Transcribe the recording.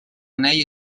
anell